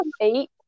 eight